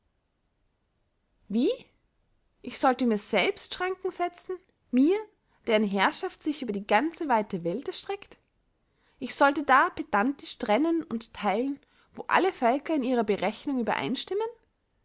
wie ich sollte mir selbst schranken setzen mir deren herrschaft sich über die ganze weite welt erstreckt ich sollte da pedantisch trennen und theilen wo alle völker in ihrer berechnung übereinstimmen